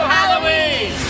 Halloween